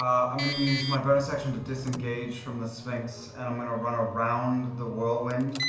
i'm going to use my bonus action to disengage from the sphinx and i'm going to run around the whirlwind,